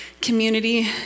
community